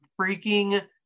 freaking